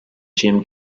jim